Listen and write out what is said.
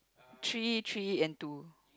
three three and two